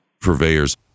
purveyors